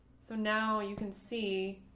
so now you can see